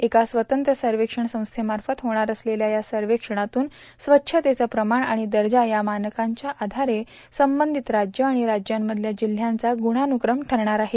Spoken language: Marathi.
एका स्वतंत्र सर्वेक्षण संस्थेमार्फत होणार असलेल्या या सर्वेक्षणातून स्वच्छतेचं प्रमाण आणि दर्जा या मानकांच्या आधारे संबंधित राज्यं आणि राज्यांमधल्या जिल्ह्यांचा गुणावुक्रम ठरणार आहे